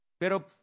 Pero